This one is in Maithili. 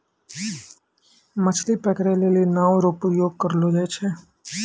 मछली पकड़ै लेली नांव रो प्रयोग करलो जाय छै